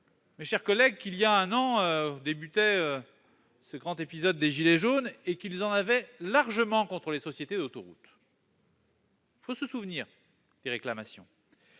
mes chers collègues, qu'il y a un an commençait le grand épisode des « gilets jaunes » lesquels en avaient largement contre les sociétés d'autoroutes. Il faut se souvenir des réclamations